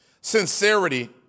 sincerity